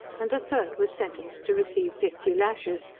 and the third was sentenced to receive fifty lashes,